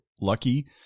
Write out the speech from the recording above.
lucky